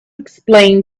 explain